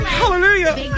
hallelujah